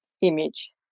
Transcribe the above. image